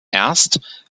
erst